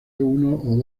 uno